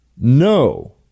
no